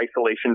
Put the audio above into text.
isolation